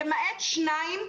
למעט שניים,